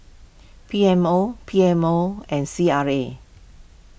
P M O P M O and C R A